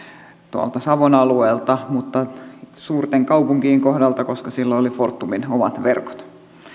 tuolta savon alueelta mutta ei suurten kaupunkien kohdalta koska siellä oli fortumin omat verkot